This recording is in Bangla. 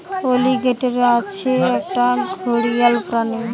অলিগেটর হচ্ছে একটা ঘড়িয়াল প্রাণী